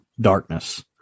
darkness